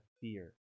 fear